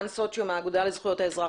אן סוצ'יו מהאגודה לזכויות האזרח.